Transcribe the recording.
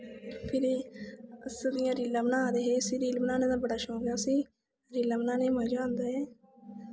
फिर उस दियां रीलां बनाऽ दे हे रील बनाने दा बड़ा शौंक ऐ उस्सी रीलां बनाने गी मजा आंदा ऐ